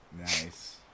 Nice